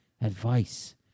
Advice